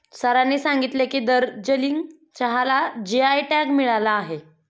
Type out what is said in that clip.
सरांनी सांगितले की, दार्जिलिंग चहाला जी.आय टॅग मिळाला आहे